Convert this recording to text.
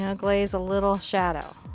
ah glaze a little shadow.